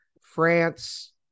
France